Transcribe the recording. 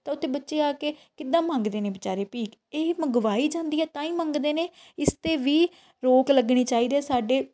ਤਾਂ ਉੱਥੇ ਬੱਚੇ ਆ ਕੇ ਕਿੱਦਾਂ ਮੰਗਦੇ ਨੇ ਵਿਚਾਰੇ ਭੀਖ ਇਹ ਮੰਗਵਾਈ ਜਾਂਦੀ ਹੈ ਤਾਂ ਹੀ ਮੰਗਦੇ ਨੇ ਇਸ 'ਤੇ ਵੀ ਰੋਕ ਲੱਗਣੀ ਚਾਹੀਦੀ ਹੈ ਸਾਡੇ